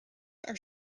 are